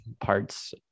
parts